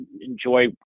enjoy